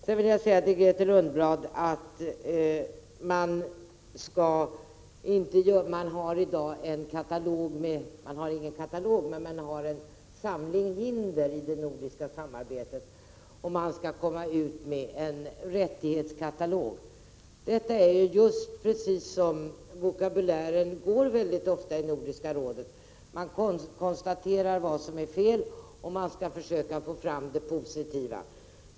Det finns i dag en samling hinder i det nordiska samarbetet. Man skall nu komma ut med en rättighetskatalog. Sådan är vokabulären ofta i Nordiska rådet — man konstaterar vad som är fel, och man skall försöka få fram det positiva.